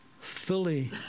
fully